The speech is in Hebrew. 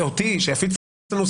זה מה שאני עושה עכשיו.